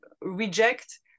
reject